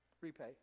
repay